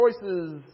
choices